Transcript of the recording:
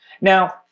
Now